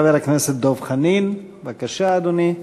חבר הכנסת דב חנין, בבקשה, אדוני.